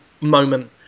moment